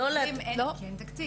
מביאים אליהם כשאין תקציב.